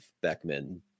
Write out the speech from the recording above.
Beckman